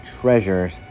treasures